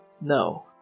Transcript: No